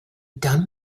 done